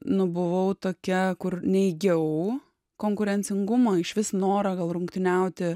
nu buvau tokia kur neigiau konkurencingumo išvis norą gal rungtyniauti